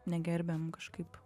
negerbiam kažkaip